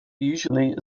usually